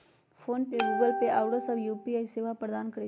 PhonePe, Google Pay आउरो सभ UPI सेवा प्रदान करै छै